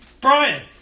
Brian